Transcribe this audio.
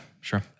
sure